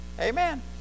Amen